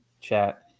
chat